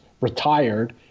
retired